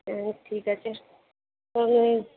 হ্যাঁ ঠিক আছে তাহলে